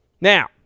Now